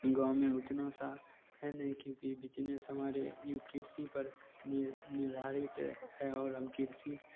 गाँव में उतना सा है नहीं क्योंकि बिजनेस हमारे कृषि पर नीर निर्धारित है और हम कृषि